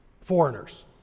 Foreigners